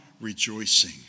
rejoicing